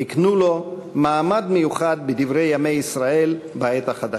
הקנה לו מעמד מיוחד בדברי ימי ישראל בעת החדשה.